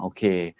Okay